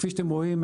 כפי שאתם רואים,